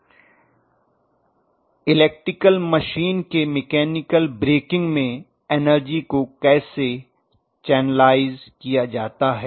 छात्र electrical machine के mechanical braking में एनर्जी को कैसे चैनलाइज़ किया जाता है